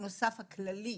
הנוסף הכללי,